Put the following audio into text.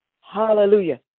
Hallelujah